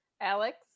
Alex